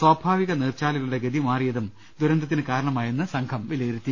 സ്വാഭാവിക നീർച്ചാലുകളുടെ ഗതി മാറി യതും ദുരന്തത്തിന് കാരണമായെന്ന് സംഘം വിലയിരുത്തി